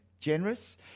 generous